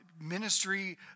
ministry